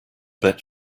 bet